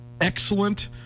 excellent